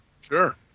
sure